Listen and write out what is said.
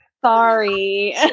Sorry